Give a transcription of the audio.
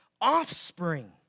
offspring